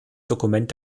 dokument